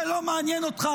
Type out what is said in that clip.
זה לא מעניין אותך,